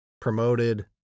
promoted